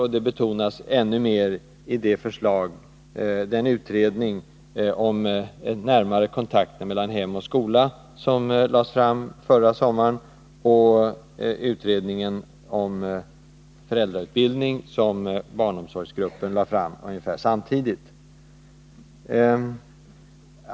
Och det betonas ännu mer i det förslag som utredningen om närmare kontakter mellan hem och skola lade fram förra sommaren och i den utredning om föräldrautbildning som barnomsorgsgruppen kom med ungefär samtidigt.